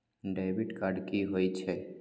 Debit card की होय छेय?